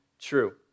true